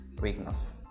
weakness